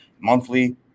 monthly